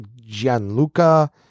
Gianluca